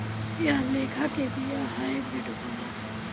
एह लेखा के बिया हाईब्रिड होला